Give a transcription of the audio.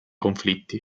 conflitti